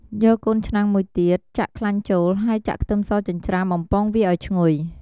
យកកូនឆ្នាំងមួយទៀត ចាក់ខ្លាញ់ចូល ហើយចាក់ខ្ទឹមសចិញ្ច្រាំ បំពងវាឱ្យឈ្ងុយ។